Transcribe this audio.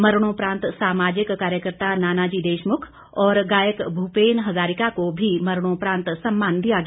मरणोपरांत सामाजिक कार्यकर्ता नानाजी देशमुख और गायक भूपेन हजारिका को भी मरणोपरांत सम्मान दिया गया